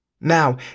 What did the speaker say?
Now